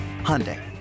Hyundai